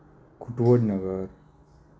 Bhodnagar